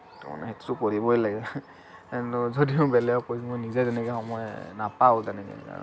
সেইটোমানে সেইটোতো কৰিবই লাগে কিন্তু যদিও বেলেগক কৈছোঁ মই নিজে যেনেকে সময় নাপাওঁ তেনেকে